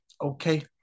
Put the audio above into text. Okay